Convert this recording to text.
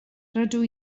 rydw